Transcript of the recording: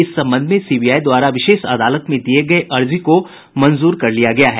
इस संबंध में सीबीआई द्वारा विशेष अदालत में दिये गये अर्जी को मंजूर कर लिया गया है